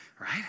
right